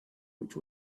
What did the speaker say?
which